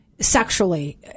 Sexually